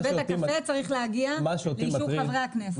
בית הקפה צריך להגיע לאישור חברי הכנסת?